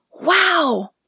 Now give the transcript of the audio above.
Wow